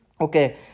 Okay